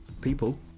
People